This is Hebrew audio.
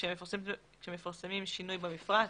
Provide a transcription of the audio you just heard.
כשמפרסמים שינוי במפרט,